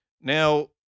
Now